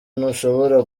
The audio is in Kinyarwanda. ntushobora